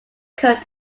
could